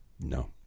No